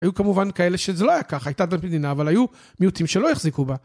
היו כמובן כאלה שזה לא היה ככה הייתה את המדינה אבל היו מיעוטים שלא החזיקו בה